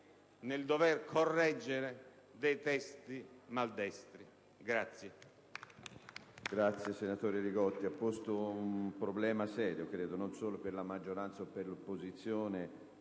nel dover correggere dei testi maldestri.